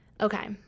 okay